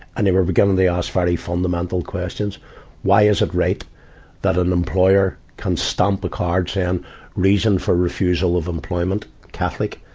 and they were beginning to ask very fundamental questions why is it right that an employer can stamp a card, saying reason for refusal of employment catholic?